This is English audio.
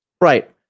Right